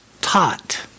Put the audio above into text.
taught